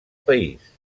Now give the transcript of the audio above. país